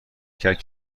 کرد